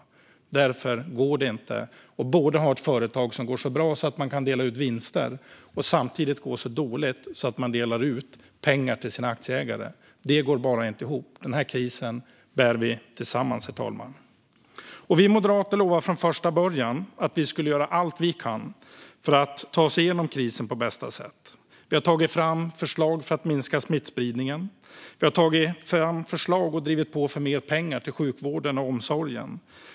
Därför går det inte att både ha ett företag som går så bra att man kan dela ut vinster och samtidigt går så dåligt att man delar ut pengar till sina aktieägare. Det går bara inte ihop. Denna kris bär vi tillsammans, herr talman. Vi moderater lovade från första början att vi skulle göra allt vi kan för att Sverige ska ta sig genom krisen på bästa sätt. Vi har tagit fram förslag för att minska smittspridningen. Vi har tagit fram förslag och drivit på för mer pengar till sjukvården och omsorgen.